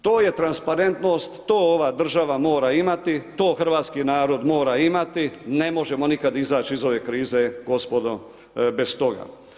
To je transparentnost, to ova država mora imati, to hrvatski narod mora imati, ne možemo nikad izaći iz ove krize, gospodo bez toga.